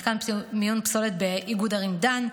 מתקן מיון פסולת באיגוד ערים דן,